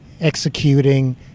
executing